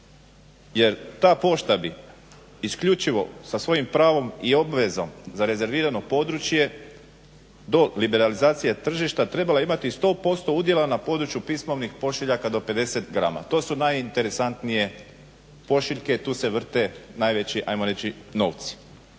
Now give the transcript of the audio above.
Jer ta pošta bi isključivo sa svojim pravom i obvezom za rezervirano područje do liberalizacije tržišta trebala imati 100% udjela na području pismovnih pošiljaka do 50 grama. To su najinteresantnije pošiljke i tu se vrte najveći ajmo reći novci.